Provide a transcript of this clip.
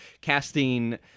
casting